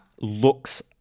looks